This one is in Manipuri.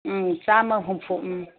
ꯎꯝ ꯆꯥꯃ ꯍꯨꯝꯐꯨ ꯎꯝ